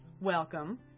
welcome